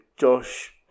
Josh